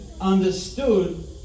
understood